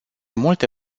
multe